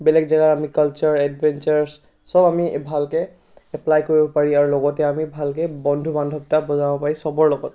বেলেগ জাগাৰ আমি কালচাৰ এডভেঞ্চাৰছ সব আমি ভালকৈ এপ্পলাই কৰিব পাৰি আৰু লগতে আমি ভালকৈ বন্ধু বান্ধৱতা বজাব পাৰি সবৰ লগত